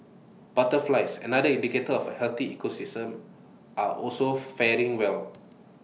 butterflies another indicator of A healthy ecosystem are also faring well